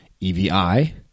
E-V-I